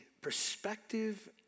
perspective